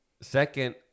second